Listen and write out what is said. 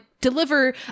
deliver